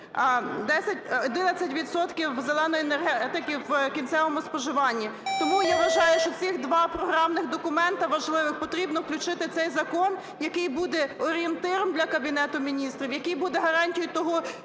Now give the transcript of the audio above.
"зеленої" енергетики в кінцевому споживанні. Тому я вважаю, що цих два програмних документи важливих потрібно включити в цей закон, який буде орієнтиром для Кабінету Міністрів, який буде гарантією того,